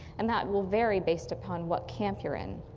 and that will vary based upon what camp you're in.